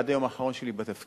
עד ליום האחרון שלי בתפקיד,